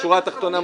בשורה התחתונה,